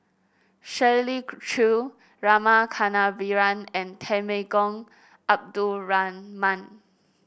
Shirley Chew Rama Kannabiran and Temenggong Abdul Rahman